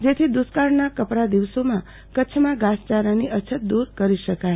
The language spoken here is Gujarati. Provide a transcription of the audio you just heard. જેથી દુષ્કાળના કપરા દિવસોમાં કચ્છમાં ઘાસચારાની અછત દૂર કરી શકાય